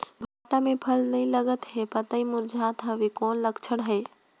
भांटा मे फल नी लागत हे पतई मुरझात हवय कौन लक्षण हे?